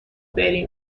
بری